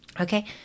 Okay